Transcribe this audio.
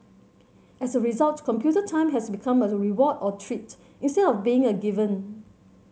as a result computer time has become a reward or treat instead of being a given